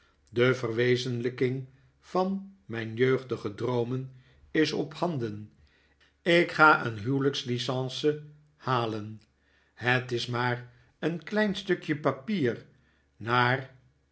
de verwezenlijking van mijn jeugdige droomen is ophanden ik ga een huwelijks licence halen het is maar een klein stukje papier naar